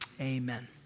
amen